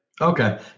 Okay